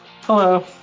Hello